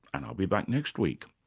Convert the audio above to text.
and i'll be back next week.